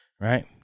Right